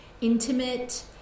intimate